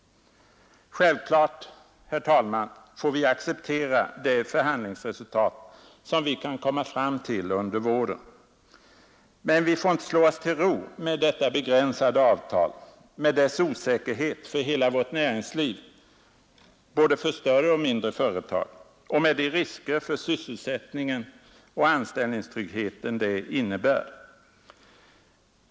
Självklart får vi acceptera det förhandlingsresultat som vi kan komma fram till under våren. Men vi får inte slå oss till ro med detta begränsade avtal med dess osäkerhet för hela vårt näringsliv — både för större och mindre företag — och med de risker för sysselsättningen och anställningstryggheten det innebär.